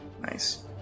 Nice